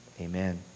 amen